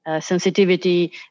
sensitivity